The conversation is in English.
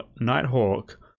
Nighthawk